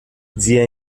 zia